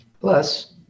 Plus